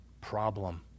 problem